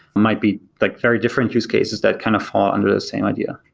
might be like very different use cases that kind of fall under the same idea.